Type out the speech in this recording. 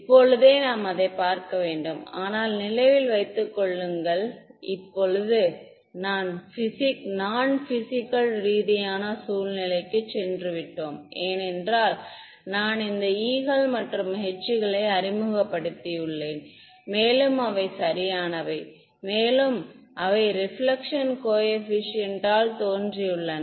இப்போதே நாம் அதை பார்க்க வேண்டும் ஆனால் நினைவில் வைத்துக் கொள்ளுங்கள் இது இப்போது நாம் நான் பிஸிக்கல் ரீதியான சூழ்நிலைக்குச் சென்றுவிட்டோம் ஏனென்றால் நான் இந்த e கள் மற்றும் h களை அறிமுகப்படுத்தியுள்ளேன் மேலும் அவை சரியானவை மேலும் அவை ரெபிலெக்ஷன் கோஏபிசியன்ட் ஆல் தோன்றியுள்ளன